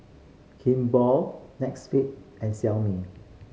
Kimball Netflix and Xiaomi